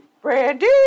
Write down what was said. Brandy